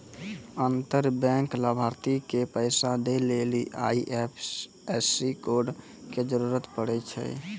अंतर बैंक लाभार्थी के पैसा दै लेली आई.एफ.एस.सी कोड के जरूरत पड़ै छै